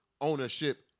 ownership